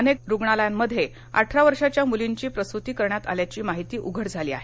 अनेक रुग्णालयांमध्ये अठरा वर्षांच्या मुलींची प्रसुती करण्यात आल्याची माहिती उघड झाली आहे